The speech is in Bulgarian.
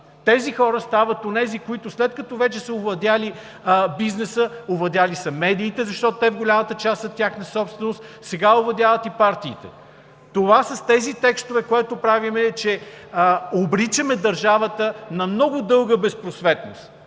Тези хора стават онези, които, след като вече са овладели бизнеса, овладели са медиите, защото те в голямата част са тяхна собственост, сега овладяват и партиите. Това, което правим с тези текстове, е, че обричаме държавата на много дълга безпросветност.